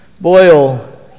Boyle